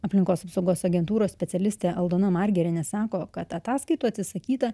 aplinkos apsaugos agentūros specialistė aldona margerienė sako kad ataskaitų atsisakyta